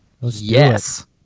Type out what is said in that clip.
Yes